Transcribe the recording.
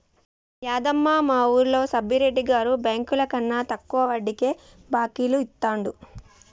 యాదమ్మ, మా వూరిలో సబ్బిరెడ్డి గారు బెంకులకన్నా తక్కువ వడ్డీకే బాకీలు ఇత్తండు